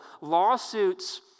Lawsuits